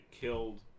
killed